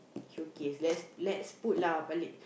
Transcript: showcase let's let's put lah balik